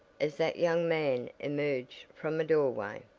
as that young man emerged from a doorway.